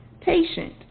patient